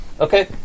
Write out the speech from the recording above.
Okay